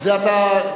זו הממשלה הבאה.